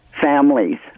families